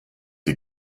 die